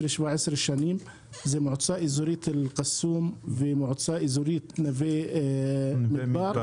15-17 שנה מועצה אזורית אל-קסום ומועצה אזורית נווה מדבר.